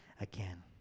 again